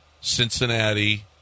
Cincinnati